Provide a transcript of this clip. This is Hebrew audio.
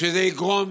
שיגרום